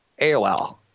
AOL